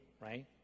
right